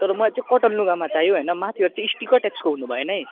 तर मलाई चाहिँ कटन लुगामा चाहियो होइन माथिबाट स्टिकर्स टाइप्सको हुनु भएन है